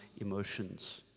emotions